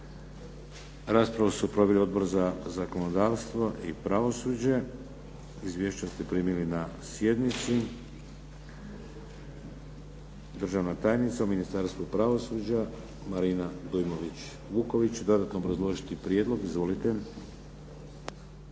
Raspravu su proveli Odbor za zakonodavstvo i pravosuđe. Izvješća ste primili na sjednici. Državna tajnica u Ministarstvu pravosuđa Marina Dujmović-Vuković će dodatno obrazložiti prijedlog. Izvolite.